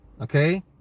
Okay